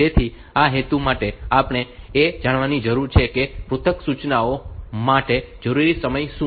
તેથી આ હેતુ માટે આપણે એ જાણવાની જરૂર છે કે પૃથક સૂચનાઓ માટે જરૂરી સમય શું છે